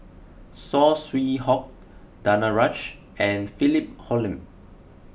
Saw Swee Hock Danaraj and Philip Hoalim